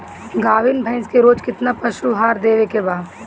गाभीन भैंस के रोज कितना पशु आहार देवे के बा?